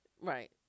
Right